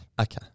okay